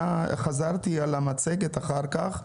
חזרתי על המצגת אחר כך.